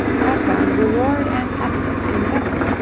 have found reward and happiness in heaven.